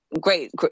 great